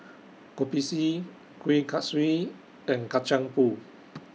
Kopi C Kuih Kaswi and Kacang Pool